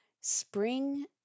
spring